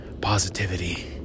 positivity